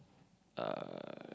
uh